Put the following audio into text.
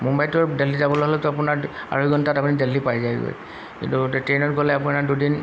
Mumbai to Delhi যাবলৈ হ'লেতো আপোনাৰ আঢ়ৈ ঘণ্টাত আপুনি দেলহী পাই যায়গৈ কিন্তু ট্ৰেইনত গ'লে আপোনাৰ দুদিন